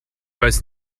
weiß